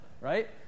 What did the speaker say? right